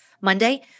Monday